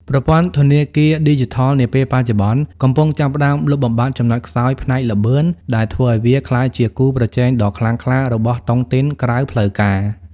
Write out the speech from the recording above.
ប្រព័ន្ធធនាគារឌីជីថលនាពេលបច្ចុប្បន្ន កំពុងចាប់ផ្ដើមលុបបំបាត់ចំណុចខ្សោយផ្នែកល្បឿន ដែលធ្វើឱ្យវាក្លាយជាគូប្រជែងដ៏ខ្លាំងក្លារបស់តុងទីនក្រៅផ្លូវការ។